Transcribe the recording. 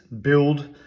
build